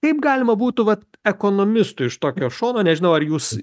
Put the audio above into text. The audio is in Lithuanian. kaip galima būtų vat ekonomistui iš tokio šono nežinau ar jūs